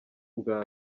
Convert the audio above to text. ubwa